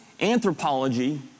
Anthropology